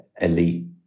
elite